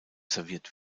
serviert